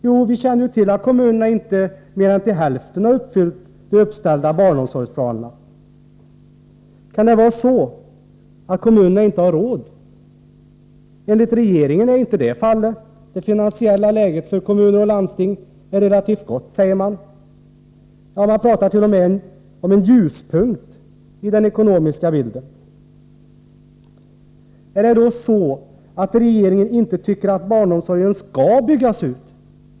Jo, kommunerna har inte mer än till hälften uppfyllt de uppställda barnomsorgsplanerna. Kan det vara så, att kommunerna inte har råd? Enligt regeringen är inte det fallet — det finansiella läget för kommuner och landsting påstås vara relativt gott. Regeringen pratar t.o.m. om en ljuspunkt i den ekonomiska bilden. Är det då så, att regeringen inte tycker att barnomsorgen skall byggas ut?